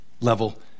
level